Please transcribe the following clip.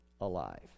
alive